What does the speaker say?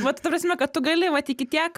vat ta prasme kad tu gali vat iki tiek